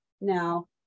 Now